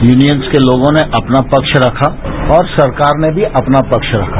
unions के लोगों ने अपना पक्ष रखा और सरकार ने भी अपना पक्ष रखा